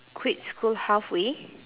quit school halfway